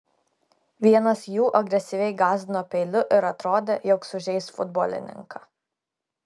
vienas jų agresyviai gąsdino peiliu ir atrodė jog sužeis futbolininką